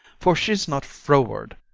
for she's not froward,